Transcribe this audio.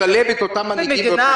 לשלב את אותם מנהיגים.